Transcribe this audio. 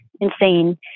insane